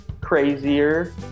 crazier